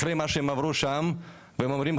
אחרי מה שהם עברו שם והם אומרים,